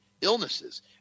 illnesses